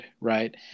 right